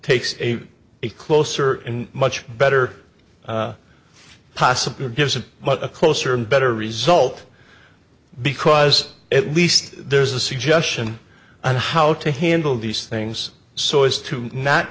takes a closer in much better possibly gives a much closer and better result because at least there's a suggestion on how to handle these things so as to not